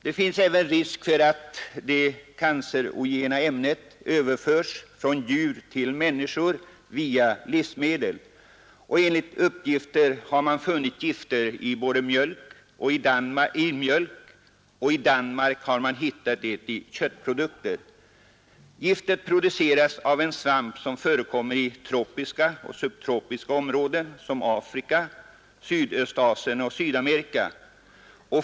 Det finns också risk för att det cancerogena ämnet överförs från djur till människor via livsmedel. Enligt rapporter har man funnit giftet i 11 mjölk. I Danmark har man också hittat det i köttprodukter. Giftet produceras av en svamp som förekommer i tropiska och subtropiska områden som Afrika, Sydöstasien och Sydamerika.